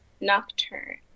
Nocturne